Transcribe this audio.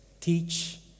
teach